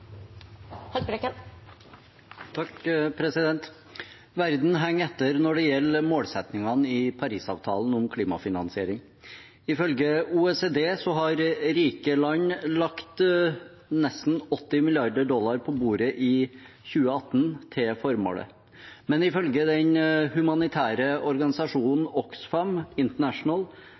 Verden henger etter når det gjelder målsetningene om klimafinansiering i Parisavtalen. Ifølge OECD har rike land lagt nesten 80 mrd. dollar på bordet i 2018 til formålet, men ifølge den humanitære organisasjonen Oxfam International